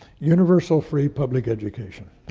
universal free public education,